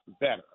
better